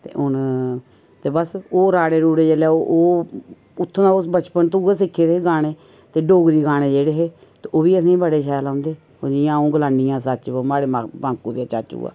ते हून ते बस्स ओह् राड़े रूड़े जेल्लै ओह् उत्थूं दा बचपन च उ'ऐ सिक्खे दे गाने ते डोगरी गाने जेह्ड़े हे ते ओब्बी असेंगी बड़े शैल औंदे जि'यां अ'ऊं गलानी आं सच्च वो माड़े बांकू देआ चाचुआ